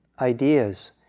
ideas